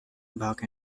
back